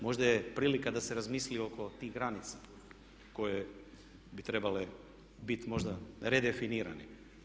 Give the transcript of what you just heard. Možda je prilika da se razmisli oko tih granica koje bi trebale biti možda redefinirane.